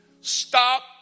Stop